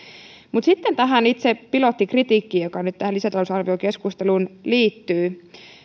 mutta sitten tähän itse pilottikritiikkiin joka nyt tähän lisätalousarviokeskusteluun liittyy